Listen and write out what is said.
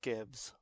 Gibbs